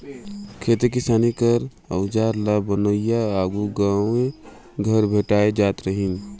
खेती किसानी कर अउजार ल बनोइया आघु गाँवे घरे भेटाए जात रहिन